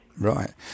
right